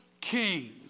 kings